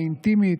האינטימית,